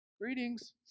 Greetings